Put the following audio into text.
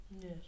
Yes